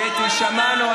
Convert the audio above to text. קטי, שמענו.